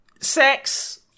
sex